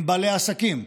הם בעלי העסקים,